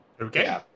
okay